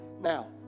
now